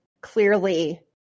clearly